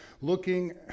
looking